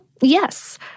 Yes